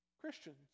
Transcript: Christians